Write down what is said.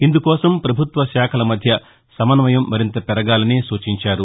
ఇందుకోసం ప్రభుత్వశాఖల మధ్య సమన్వయం మరింత పెరగాలని సూచించారు